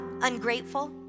ungrateful